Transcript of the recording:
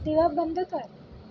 दिवा बंद कर